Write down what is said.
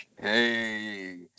Hey